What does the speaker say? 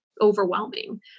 Overwhelming